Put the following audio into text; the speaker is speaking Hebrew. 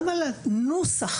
גם לנוסח,